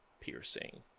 piercing